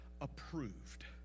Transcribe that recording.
approved